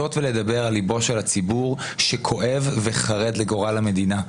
לנסות ולדבר על ליבו של הציבור שכואב וחרד לגורל המדינה.